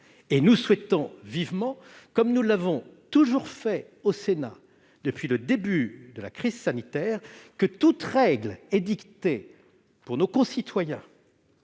Nous souhaitons vivement, comme nous l'avons toujours fait au Sénat depuis le début de la crise sanitaire, que toute règle édictée pour nos concitoyens,